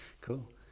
Cool